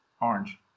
Orange